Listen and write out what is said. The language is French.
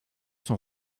sont